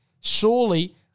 surely